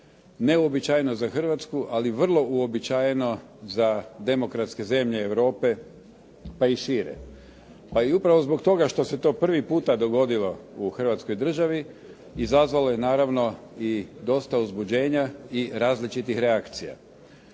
Neuobičajeno za Hrvatsku, ali vrlo uobičajeno za demokratske zemlje Europe pa i šire. Pa i upravo zbog toga što se to prvi puta dogodilo u Hrvatskoj Državi izazvalo je naravno i dosta uzbuđenja i različitih reakcija.